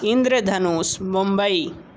Indradhanush Mumbai